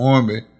Army